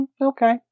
okay